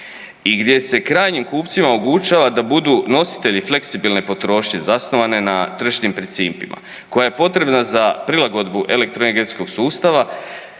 i gdje se krajnjim kupcima omogućava da budu nositelji fleksibilne potrošnje zasnovane na tržišnim principima koja je potrebna za prilagodbu elektroenergetskog sustava